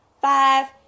five